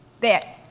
bet.